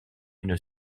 une